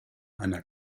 einer